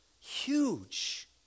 Huge